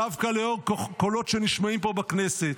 דווקא לאור קולות שנשמעים פה בכנסת,